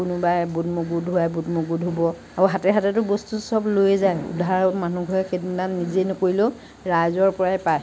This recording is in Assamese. কোনোবাই বুট মগু ধোৱাই বুট মগু ধুব আৰু হাতে হাতেটো বস্তু চব লৈয়ে যায় ধৰক মানুহ ঘৰে সেইদিনা নিজে নকৰিলেও ৰাইজৰ পৰাই পায়